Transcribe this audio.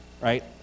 right